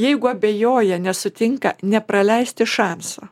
jeigu abejoja nesutinka nepraleisti šanso